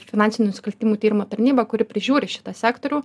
finansinių nusikaltimų tyrimo tarnyba kuri prižiūri šitą sektorių